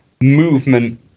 movement